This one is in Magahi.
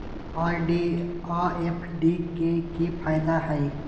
आर.डी आ एफ.डी के कि फायदा हई?